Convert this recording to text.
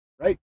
right